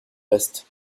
restes